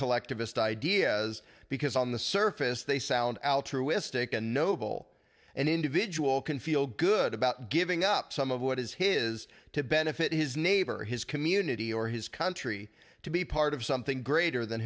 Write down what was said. collectivist ideas because on the surface they sound al true istic a noble an individual can feel good about giving up some of what is his to benefit his neighbor his community or his country to be part of something greater than